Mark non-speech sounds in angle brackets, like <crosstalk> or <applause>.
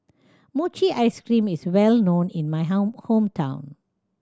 mochi ice cream is well known in my <unintelligible> hometown